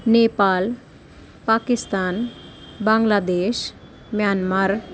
Nepal Pakistan Bangladesh Myanmar